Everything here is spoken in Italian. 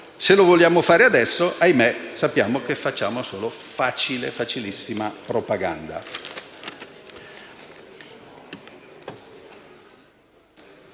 se lo vogliamo fare adesso, ahimè, sappiamo che facciamo solo facile e facilissima propaganda.